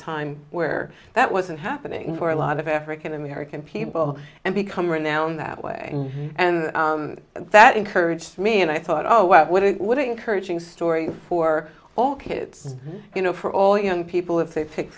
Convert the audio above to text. time where that wasn't happening for a lot of african american people and become renowned that way and that encouraged me and i thought oh well what it would encouraging story for all kids you know for all young people if they pick